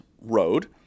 road